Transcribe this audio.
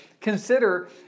consider